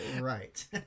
Right